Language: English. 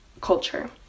culture